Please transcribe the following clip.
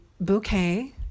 bouquet